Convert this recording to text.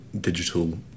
digital